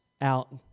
out